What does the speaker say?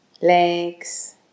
legs